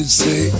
say